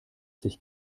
sich